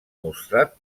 mostrat